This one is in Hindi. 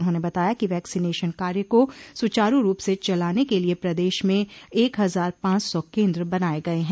उन्होंने बताया कि वैक्सिनेशन कार्य को सुचारू रूप से चलाने के लिए प्रदेश में एक हजार पांच सौ केन्द्र बनाये गये हैं